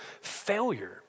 failure